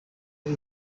ari